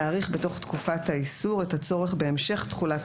להעריך בתוך תקופת האיסור את הצורך בהמשך תחולת